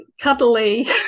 cuddly